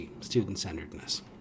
student-centeredness